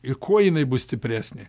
ir kuo jinai bus stipresnė